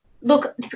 look